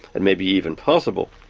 and maybe even possible.